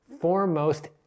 foremost